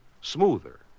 smoother